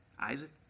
Isaac